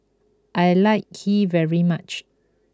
I like Kheer very much